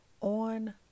on